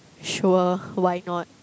sure why not